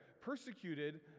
persecuted